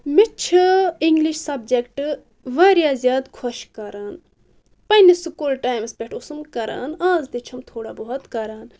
مےٚ چھِ اِنٛگلِش سبجکٹہٕ واریاہ زیادٕ خۅش کَران پنٕنِس سکوٗل ٹایمس پٮ۪ٹھ اوسُم کَران اَز تہِ چھُم تھوڑا بہت کَران